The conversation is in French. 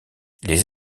les